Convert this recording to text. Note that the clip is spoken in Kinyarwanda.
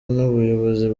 n’ubuyobozi